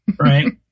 right